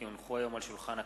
כי הונחו היום על שולחן הכנסת,